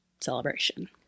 celebration